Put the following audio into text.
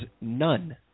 none